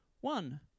one